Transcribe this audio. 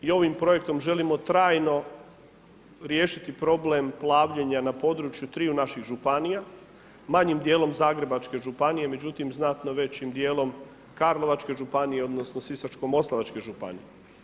I ovim projektom želimo trajno riješiti problem plavljenja na području triju naših županija, manjim dijelom Zagrebačke županije, međutim znatno većim dijelom Karlovačke županije, odnosno Sisačko-moslavačke županije.